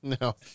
no